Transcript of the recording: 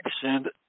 send